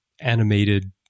animated